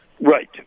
Right